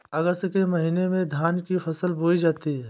अगस्त के महीने में धान की फसल बोई जाती हैं